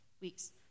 weeks